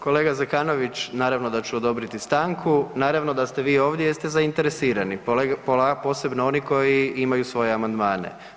Kolega Zekanović naravno da ću odobriti stanku, naravno da ste vi ovdje jer ste zainteresirani, posebno oni koji imaju svoje amandmane.